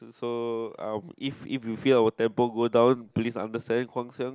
so um if if you feel out tempo go down please understand Guang-Xiang